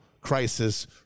crisis